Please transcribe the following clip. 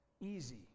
easy